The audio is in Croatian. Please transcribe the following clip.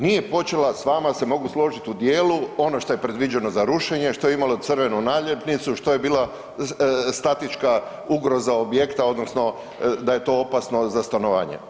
Nije počela s vama se mogu početi u dijelu ono što je predviđeno za rušenje, što je imalo crvenu naljepnicu, što je bila statička ugroza objekta odnosno da je to opasno za stanovanje.